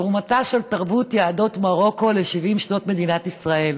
תרומתה של תרבות יהדות מרוקו ל-70 שנות מדינת ישראל.